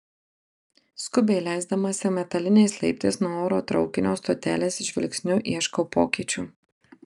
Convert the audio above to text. skubiai leisdamasi metaliniais laiptais nuo oro traukinio stotelės žvilgsniu ieškau pokyčių